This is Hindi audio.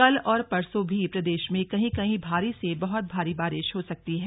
कल और परसो भी प्रदेश में कहीं कहीं भारी से बहुत भारी बारिश हो सकती है